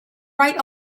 right